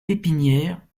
pépinières